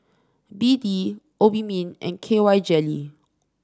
B D Obimin and K Y Jelly